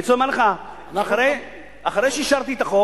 אני רוצה לומר לך שאחרי שאישרתי את החוק,